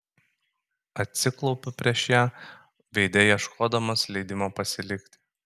atsiklaupiu prieš ją veide ieškodamas leidimo pasilikti